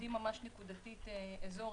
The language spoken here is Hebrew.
עובדים ממש נקודתית אזור,